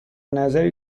نظری